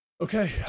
Okay